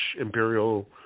imperial